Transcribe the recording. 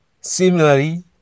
Similarly